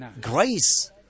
grace